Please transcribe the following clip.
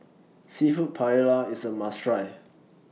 Seafood Paella IS A must Try